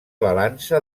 balança